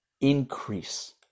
increase